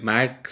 Max